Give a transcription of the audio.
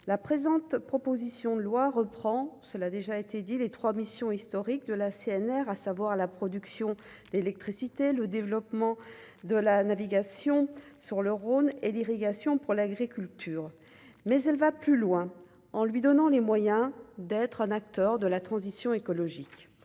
la présente proposition de loi reprend seul, a déjà été dit les 3 missions historiques de la CNR, à savoir la production d'électricité, le développement de la navigation sur le Rhône et l'irrigation pour l'agriculture, mais elle va plus loin en lui donnant les moyens d'être un acteur de la transition écologique,